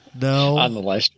No